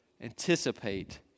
anticipate